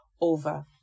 over